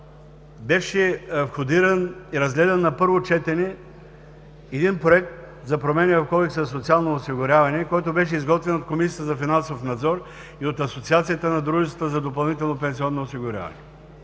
беше входиран и разгледан на първо четене Проект за промени в Кодекса за социално осигуряване, изготвен от Комисията за финансов надзор и от Асоциацията на дружествата за допълнително пенсионно осигуряване.